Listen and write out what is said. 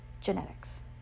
genetics